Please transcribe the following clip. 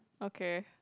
okay